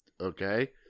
Okay